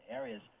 areas